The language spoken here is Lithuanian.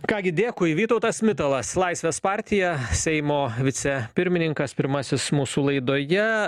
ką gi dėkui vytautas mitalas laisvės partija seimo vicepirmininkas pirmasis mūsų laidoje